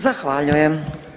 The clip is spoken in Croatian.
Zahvaljujem.